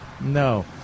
No